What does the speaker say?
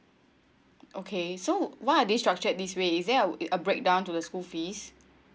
okay so why are they structured this way is that a breakdown to the school fees